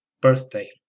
birthday